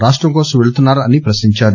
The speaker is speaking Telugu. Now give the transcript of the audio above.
రాష్టం కోసం పెళ్తున్నారా అని ప్రశ్నించారు